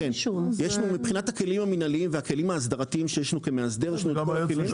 מבחינת הכלים המנהליים והכלים ההסדרתיים שיש לנו.